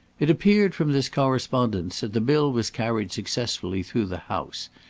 it appeared from this correspondence that the bill was carried successfully through the house,